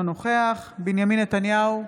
אינו נוכח בנימין נתניהו,